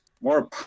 more